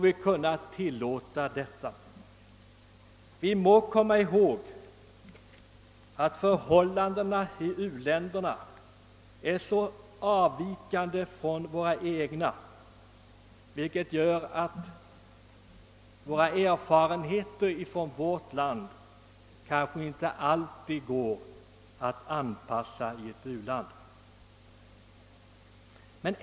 Vi må komma ihåg att förhållandena i u-länderna avviker mycket från våra egna, vilket gör att våra erfarenheter inte alltid kan tillämpas i ett u-land.